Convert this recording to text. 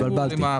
התבלבלתי.